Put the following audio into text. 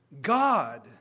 God